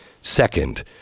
Second